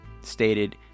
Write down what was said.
stated